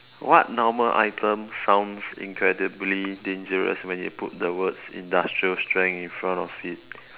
what normal item sounds incredibly dangerous when you put the words industrial strength in front of it